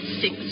six